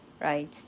right